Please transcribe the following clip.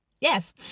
yes